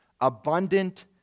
abundant